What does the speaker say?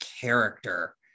character